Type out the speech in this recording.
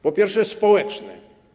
Po pierwsze, społeczne.